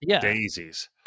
daisies